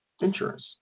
Insurance